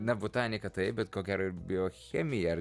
na botanika taip bet ko gero ir biochemija ar